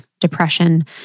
depression